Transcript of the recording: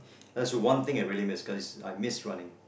that's the one thing I really missed because I missed running